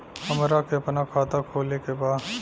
हमरा के अपना खाता खोले के बा?